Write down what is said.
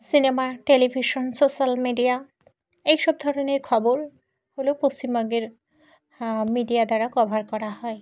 cinema television social media এই সব ধরনের খবর হলো পশ্চিমবঙ্গের মিডিয়া দ্বারা কভার করা হয়